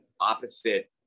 opposite